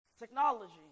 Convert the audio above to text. technology